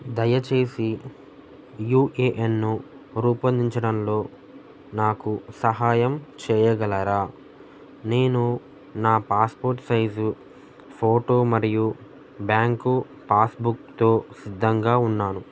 దయచేసి U A N రూపొందించడంలో నాకు సహాయం చేయగలరా నేను నా పాస్పోర్ట్ సైజు ఫోటో మరియు బ్యాంకు పాస్బుక్తో సిద్ధంగా ఉన్నాను